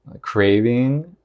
craving